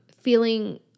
feeling